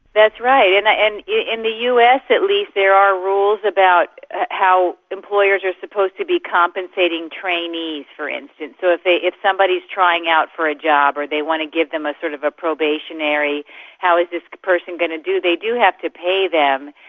that's right, and and in the us at least there are rules about how employers are supposed to be compensating trainees, for instance. so if somebody is trying out for a job or they want to give them ah sort of a probationary how is this person going to do, they do have to pay them,